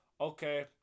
Okay